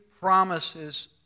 promises